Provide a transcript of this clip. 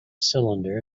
cylinder